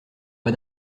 pas